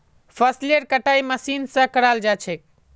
फसलेर कटाई मशीन स कराल जा छेक